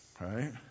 right